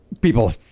people